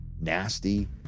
nasty